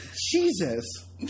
Jesus